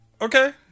Okay